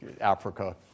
Africa